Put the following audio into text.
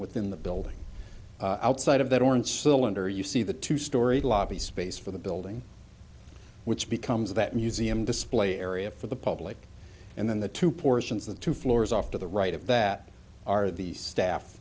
within the building outside of that orange cylinder you see the two story lobby space for the building which becomes that museum display area for the public and then the two portions the two floors off to the right of that are the staff